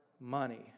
money